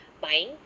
buying